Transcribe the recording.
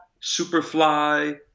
Superfly